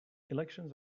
elections